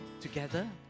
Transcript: together